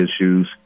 issues